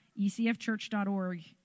ecfchurch.org